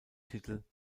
titel